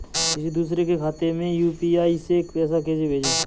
किसी दूसरे के खाते में यू.पी.आई से पैसा कैसे भेजें?